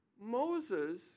Moses